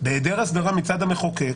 בהיעדר הסדרה מצד המחוקק,